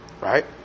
Right